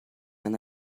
and